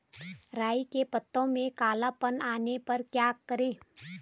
राई के पत्तों में काला पन आने पर क्या करें?